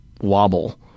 wobble